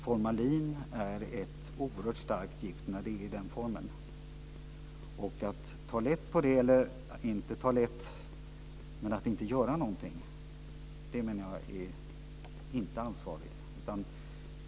Formalin är ett oerhört starkt gift i den aktuella formen. Man kan ta lätt på det eller inte, men jag menar att det inte är ansvarigt att inte göra någonting.